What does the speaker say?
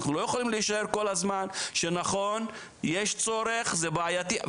אנחנו לא יכולים להישאר כל הזמן שנכון יש צורך זה בעייתי,